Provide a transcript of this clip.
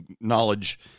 knowledge